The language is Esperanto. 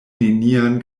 nenian